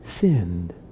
sinned